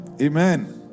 Amen